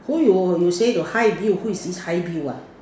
so you you say to hi Bill who is this hi Bill ah